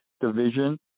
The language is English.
Division